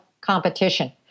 competition